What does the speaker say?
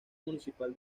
municipal